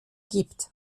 gibt